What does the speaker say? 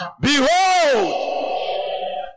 Behold